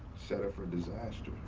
set up for disaster.